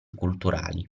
culturali